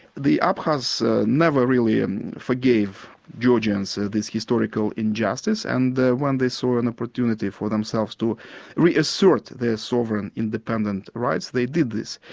the abkhazs never really forgave georgians this historical injustice, and when they saw an opportunity for themselves to reassert their sovereign independent rights, they did this.